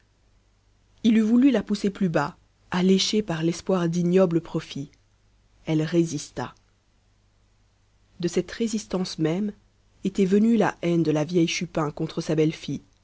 il eût voulu la pousser plus bas alléché par l'espoir d'ignobles profits elle résista de cette résistance même était venue la haine de la vieille chupin contre sa